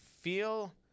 feel